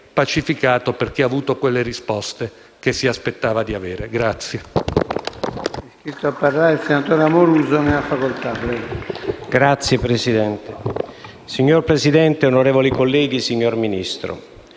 pacificato perché ha avuto le risposte che si aspettava di avere.